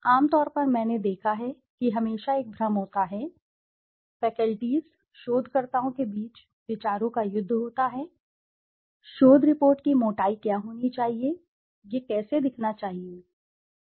आम तौर पर मैंने देखा है कि हमेशा एक भ्रम होता है फैकल्टीज़ शोधकर्ताओं के बीच विचारों का युद्ध होता है शोध रिपोर्ट की मोटाई क्या होनी चाहिए यह कैसे दिखना चाहिए और सभी